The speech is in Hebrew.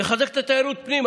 נחזק את תיירות הפנים.